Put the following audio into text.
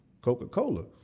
Coca-Cola